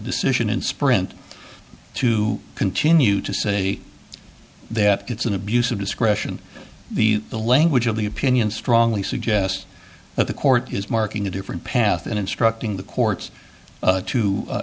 decision in sprint to continue to say that it's an abuse of discretion the the language of the opinion strongly suggests that the court is marking a different path and instructing the courts